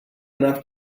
enough